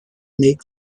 make